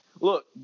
Look